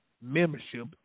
membership